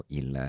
il